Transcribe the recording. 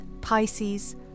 Pisces